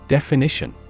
Definition